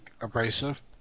abrasive